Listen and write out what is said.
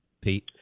Pete